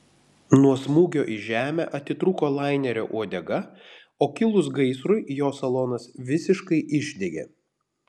nuo smūgio į žemę atitrūko lainerio uodega o kilus gaisrui jo salonas visiškai išdegė